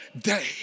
day